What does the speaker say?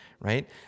right